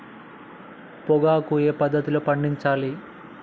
పొగాకు ఏ పద్ధతిలో పండించాలి?